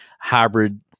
hybrid